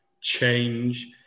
change